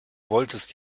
wolltest